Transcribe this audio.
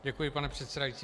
Děkuji, pane předsedající.